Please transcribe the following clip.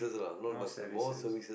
more services